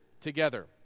together